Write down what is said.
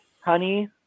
honey